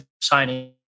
signing